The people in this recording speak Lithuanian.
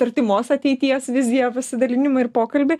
artimos ateities viziją pasidalinimą ir pokalbį